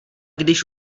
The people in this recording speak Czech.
když